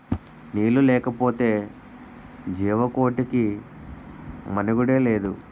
నీళ్లు లేకపోతె జీవకోటికి మనుగడే లేదు